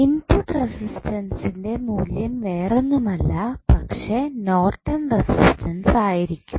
input റെസിസ്റ്റൻസിന്റെ മൂല്യം വേറൊന്നുമല്ല പക്ഷേ നോർട്ടൺ റെസിസ്റ്റൻസ് ആയിരിക്കും